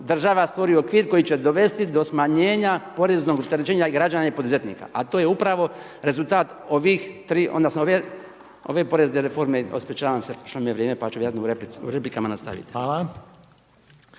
država stvori okvir, koji će dovesti do smanjenja poreznog opterećenja, građana i poduzetnika. A to je upravo, rezultat, ovih 3, odnosno, ove porezne reforme, o ispričavam se prošlo mi je vrijeme pa ću u replikama nastaviti.